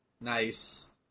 Nice